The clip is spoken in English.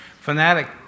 fanatic